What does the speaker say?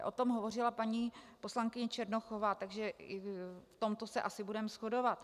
O tom hovořila paní poslankyně Černochová, takže v tomto se asi budeme shodovat.